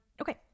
Okay